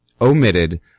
omitted